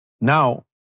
Now